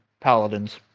paladins